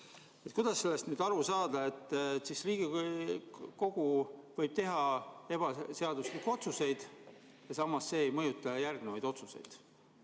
Kuidas sellest nüüd aru saada? Kas siis Riigikogu võib teha ebaseaduslikke otsuseid ja samas see ei mõjuta järgnevaid otsuseid?